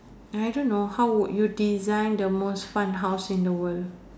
I don't know how would you design the most fun house in the world